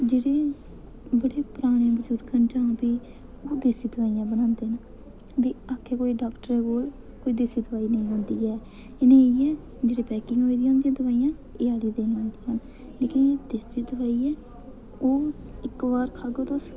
जेह्ड़ी ग्रांऽ ओह् देसी दोआइयां बनांदे न ते आखै कोई डाक्टरै कोल कोई देसी दोआई नेंई थ्होंदी ऐ लेकिन देसी दोआई ऐ इक बार खागे ओ तां फर्क